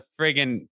friggin